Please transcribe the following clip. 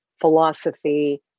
philosophy